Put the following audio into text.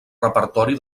repertori